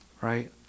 right